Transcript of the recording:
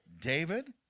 David